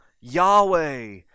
Yahweh